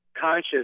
conscious